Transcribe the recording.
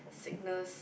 sickness